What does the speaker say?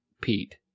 Pete